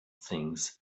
things